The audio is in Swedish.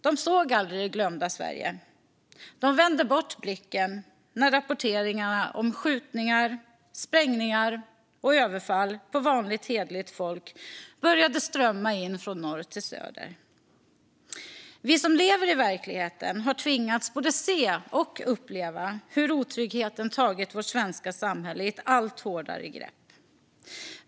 De såg aldrig det glömda Sverige. De vände bort blicken när rapporteringarna om skjutningar, sprängningar och överfall på vanligt hederligt folk började strömma in från norr till söder. Vi som lever i verkligheten har tvingats att både se och uppleva hur otryggheten har tagit vårt svenska samhälle i ett allt hårdare grepp.